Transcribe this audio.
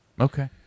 Okay